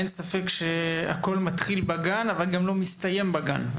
אין ספק שהכול מתחיל בגן, אבל גם לא מסתיים בגן.